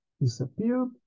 disappeared